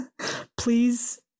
Please